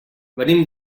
venim